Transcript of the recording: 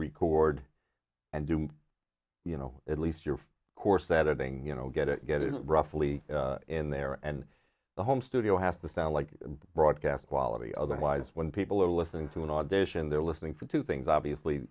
record and do you know at least your course that are being you know get it get it roughly in in there and the home studio has to sound like broadcast quality otherwise when people are listening to an audition they're listening for two things obviously